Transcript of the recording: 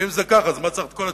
ואם זה כך, מה צריך את כל הציונות?